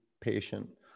patient